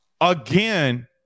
again